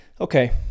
okay